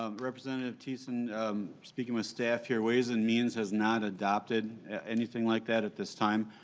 ah representative thissen speaking with staff here ways and means is not adopted anything like that at this time.